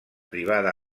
privada